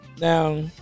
Now